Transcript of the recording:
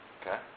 Okay